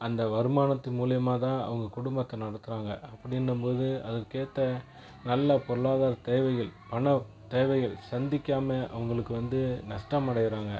அந்த வருமானத்து மூலியமாக தான் அவங்க குடும்பத்தை நடத்துகிறாங்க அப்படின்னும் போது அதற்கு ஏற்ற நல்ல பொருளாதார தேவைகள் பணத்தேவைகள் சந்திக்கமாக அவங்களுக்கு வந்து நஷ்டமடைகிறாங்க